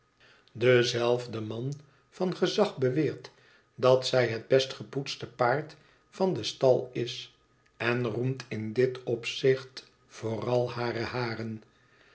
dezelfde man van gezag beweert dat zij het best gepoetste paard van den stal is en roemt in dit opzicht vooral hare haren